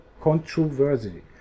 controversy